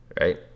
Right